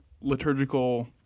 liturgical